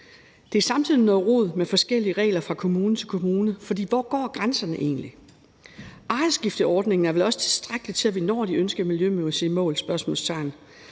Det er samtidig noget rod med forskellige regler fra kommune til kommune, for hvor går grænserne egentlig? Ejerskifteordningen er vel også tilstrækkelig til, at vi når de ønskede miljømæssige mål